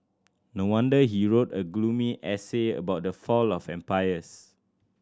no wonder he wrote a gloomy essay about the fall of empires